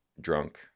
drunk